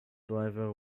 driver